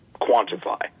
quantify